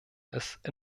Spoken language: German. ist